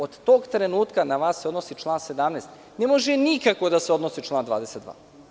Od tog trenutka na vas se odnosi član 17. i ne može nikako da se odnosi član 22.